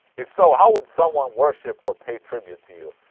if so, how would someone worship or pay tribute to you?